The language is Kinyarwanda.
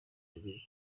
mille